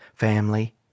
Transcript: family